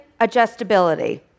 adjustability